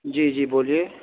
جی جی بولیے